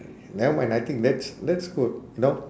now when I think that's that's good you know